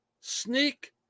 sneak